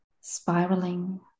spiraling